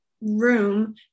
room